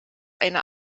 eine